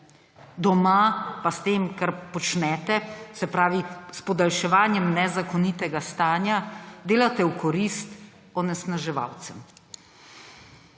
Doma pa s tem, kar počnete, se pravi s podaljševanjem nezakonitega stanja, delate v korist onesnaževalcev.